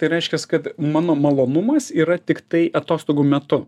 tai reiškias kad mano malonumas yra tiktai atostogų metu